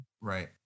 Right